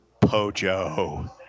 Pojo